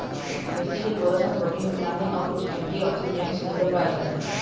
भइसी के गोरस म प्रोटीन, बिटामिन अउ कुछ एंटीऑक्सीडेंट्स घलोक पाए जाथे